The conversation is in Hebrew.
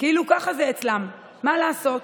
כאילו ככה זה אצלם, מה לעשות,